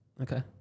okay